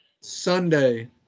Sunday